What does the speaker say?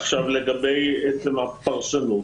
עכשיו לגבי עצם הפרשנות.